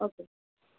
okay